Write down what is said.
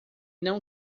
não